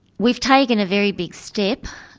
we've taken a very big step.